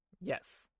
Yes